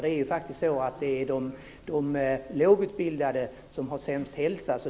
Det är faktiskt de lågutbildade som har sämst hälsa.